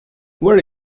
where